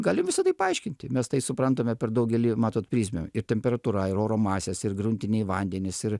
galim visa tai paaiškinti mes tai suprantame per daugelį matot prizmių ir temperatūra ir oro masės ir gruntiniai vandenys ir